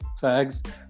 fags